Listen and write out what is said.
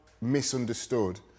misunderstood